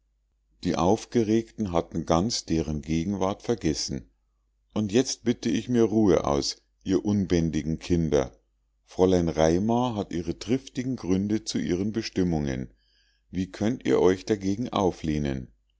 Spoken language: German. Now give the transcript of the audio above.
die aufgeregten hatten ganz deren gegenwart vergessen und jetzt bitte ich mir ruhe aus ihr unbändigen kinder fräulein raimar hat ihre triftigen gründe zu ihren bestimmungen wie könnt ihr euch dagegen auflehnen